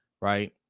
right